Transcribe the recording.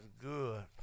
good